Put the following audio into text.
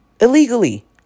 illegally